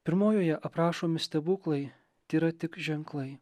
pirmojoje aprašomi stebuklai tėra tik ženklai